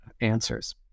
answers